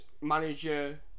manager